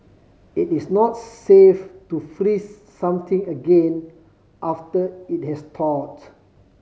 it is not safe to freeze something again after it has thawed